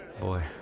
Boy